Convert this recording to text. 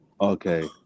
Okay